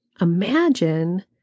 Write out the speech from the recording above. imagine